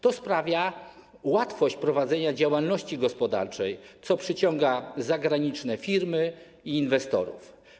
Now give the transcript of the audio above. To powoduje łatwość prowadzenia działalności gospodarczej, co przyciąga zagraniczne firmy i inwestorów.